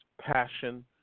passion